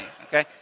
okay